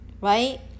right